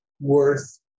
worth